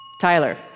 Tyler